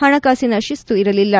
ಹಣಕಾಸಿನ ಶಿಸ್ತು ಇರಲಿಲ್ಲ